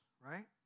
right